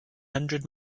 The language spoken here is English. hundred